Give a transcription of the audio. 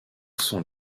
sont